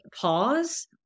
pause